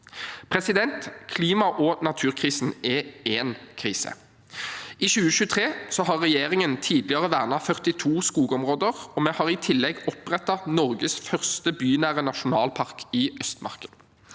tiltrådte. Klima- og naturkrisen er én krise. Tidligere i 2023 har regjeringen vernet 42 skogområder, og vi har i tillegg opprettet Norges første bynære nasjonalpark i Østmarka.